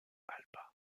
alba